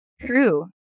true